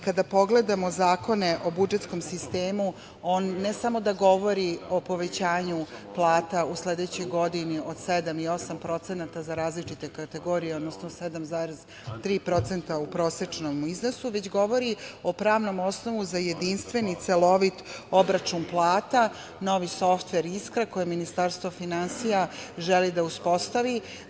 Kada pogledamo Zakon o budžetskom sistemu, on ne samo da govori o povećanju plata u sledećoj godini od 7% ili 8% za različite kategorije, odnosno 7,3% u prosečnom iznosu, već govori o pravnom osnovu za jedinstveni celovit obračun plata, novi softver „Iskra“ koji Ministarstvo finansija želi da uspostavi.